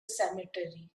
cemetery